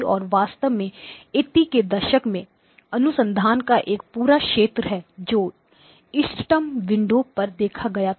और वास्तव में 80 के दशक में अनुसंधान का एक पूरा क्षेत्र है जो इष्टतम विंडोस पर देखा गया था